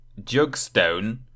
Jugstone